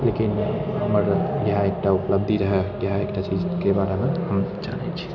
लेकिन हमर इएह एकटा उपलब्धि रहै इएह एकटा चीजके बारेमे हम जानै छी